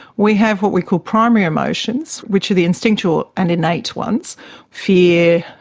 we have what we call primary emotions, which are the instinctual and innate ones fear,